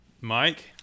Mike